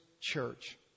church